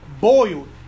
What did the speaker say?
Boiled